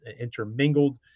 intermingled